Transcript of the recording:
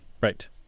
Right